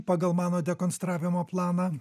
pagal mano dekonstravimo planą